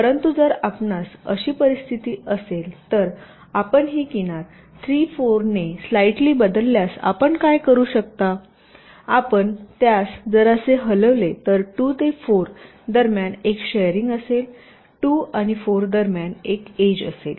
परंतु जर आपणास अशी परिस्थिती असेल तर आपण ही किनार 3 4 ने स्लाईटली बदलल्यास आपण काय करू शकता जर आपण त्यास जरासे हलविले तर 2 ते 4 दरम्यान एक शेरिंग असेल 2 आणि 4 दरम्यान एक एज असेल